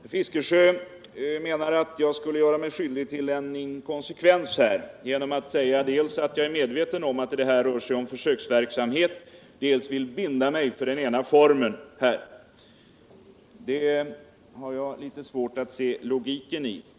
Herr talman! Herr Fiskesjö mena: att jag skulle göra mig skyldig till en inkonsekvens genom att dels säga att jag är medveten om att det här rör sig om försöksverksamhet, dels vilja binda mig för den ena formen. Detta har jag litet svårt att se logiken i.